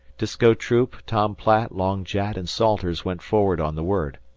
disko troop, tom platt, long jack, and salters went forward on the word.